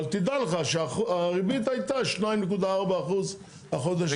אבל תדע לך שהריבית הייתה 2.4% החודש.